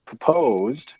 proposed